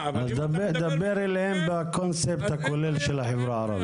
דבר עליהם בקונספט הכולל של החברה הערבית.